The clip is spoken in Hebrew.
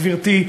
גברתי,